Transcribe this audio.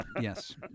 Yes